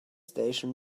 station